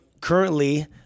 Currently